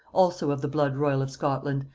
also of the blood-royal of scotland,